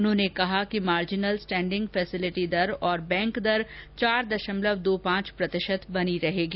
उन्होंने कहा कि मार्जिनल स्टेंडिंग फेसेलिटी दर और बैंक दर चार दशमलव दो पांच प्रतिशत पर बनी रहेगी